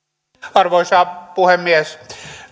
arvoisa puhemies